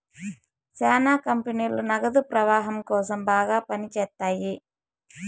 శ్యానా కంపెనీలు నగదు ప్రవాహం కోసం బాగా పని చేత్తాయి